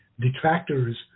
detractors